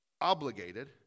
obligated